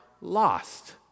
lost